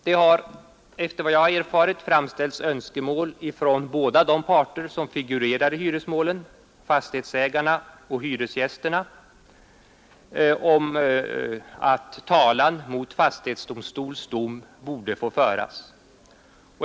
Det har enligt vad jag har erfarit framställts önskemål från båda de parter som figurerar i hyresmålen — fastighetsägarna och hyresgästerna — om att talan mot fastighetsdomstols dom borde få föras.